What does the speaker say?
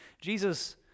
Jesus